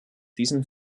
diesen